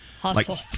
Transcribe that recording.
hustle